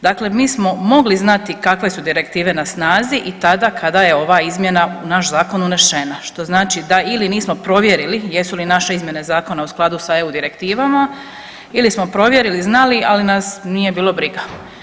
Dakle, mi smo mogli znati kakve su direktive na snazi i tada kada je ova izmjena u naš Zakon unešena, što znači ili da nismo provjerili jesu li naše izmjene zakona u skladu sa EU direktivama ili smo provjerili, znali, ali nas nije bilo briga.